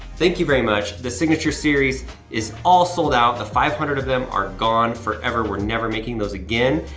thank you very much. the signature series is all sold out. the five hundred of them are gone forever. we're never making those again.